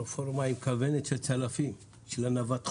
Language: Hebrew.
הרפורמה היא הכוונת של הצלפים, של נווט חוד.